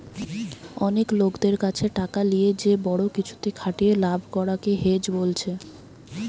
অনেক লোকদের কাছে টাকা লিয়ে যে বড়ো কিছুতে খাটিয়ে লাভ করা কে হেজ বোলছে